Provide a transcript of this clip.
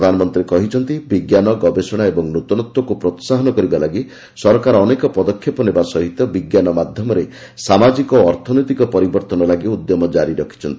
ପ୍ରଧାନମନ୍ତ୍ରୀ କହିଛନ୍ତି ବିଜ୍ଞାନ ଗବେଷଣା ଓ ନୂତନତ୍ୱକୁ ପ୍ରୋହାହନ କରିବା ଲାଗି ସରକାର ଅନେକ ପଦକ୍ଷେପ ନେବା ସହିତ ବିଜ୍ଞାନ ମାଧ୍ୟମରେ ସାମାଜିକ ଓ ଅର୍ଥନୈତିକ ପରିବର୍ତ୍ତନ ଲାଗି ଉଦ୍ୟମ ଜାରି ରଖିଛନ୍ତି